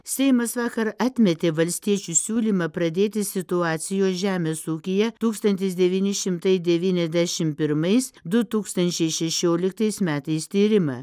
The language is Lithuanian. seimas vakar atmetė valstiečių siūlymą pradėti situacijos žemės ūkyje tūkstantis devyni šimtai devyniasdešim pirmais du tūkstančiai šešioliktais metais tyrimą